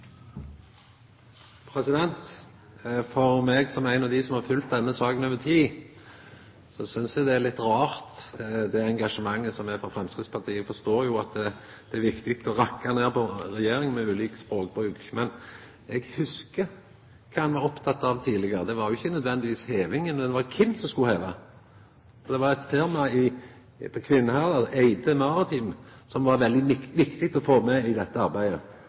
ein av dei som har følgt denne saka over tid, er engasjementet frå Framstegspartiet litt rart. Eg forstår jo at det er viktig å rakka ned på regjeringa, med ulik språkbruk, men eg hugsar kva ein var oppteken av tidlegare. Det var ikkje nødvendigvis hevinga, men det var kven som skulle heva. Det var eit firma på Kvinnherad, Eide Maritim, som var veldig viktig å få med i dette arbeidet.